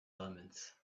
elements